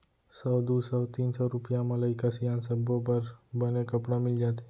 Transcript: सौ, दू सौ, तीन सौ रूपिया म लइका सियान सब्बो बर बने कपड़ा मिल जाथे